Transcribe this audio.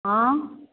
हँ